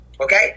okay